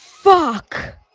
Fuck